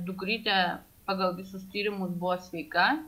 dukrytė pagal visus tyrimus buvo sveika